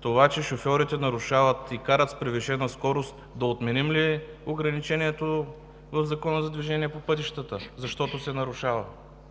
това, че шофьорите нарушават и карат с превишена скорост – да отменим ли ограничението в Закона за движение по пътищата, защото се нарушава?